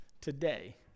today